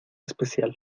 especial